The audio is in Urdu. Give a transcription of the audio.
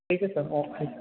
ٹھیک ہے سر اوکے